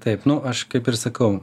taip nu aš kaip ir sakau